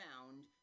found